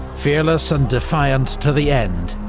fearless and defiant to the end,